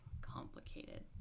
complicated